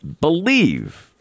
believe